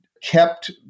kept